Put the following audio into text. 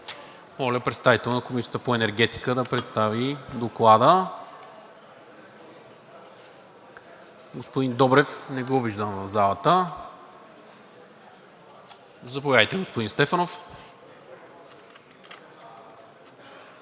Моля представител на Комисията по енергетика да представи Доклада. Господин Добрев не го виждам в залата. Заповядайте, господин Стефанов.